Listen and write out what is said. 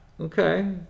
Okay